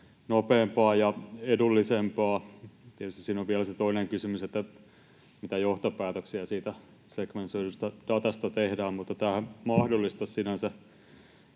nopeampaa ja edullisempaa. Tietysti siinä on vielä se toinen kysymys, että mitä johtopäätöksiä siitä sekvensoidusta datasta tehdään, mutta tämähän mahdollistaisi sinänsä